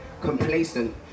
complacent